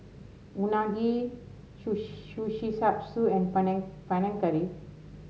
Unagi Kushikatsu and Panang Curry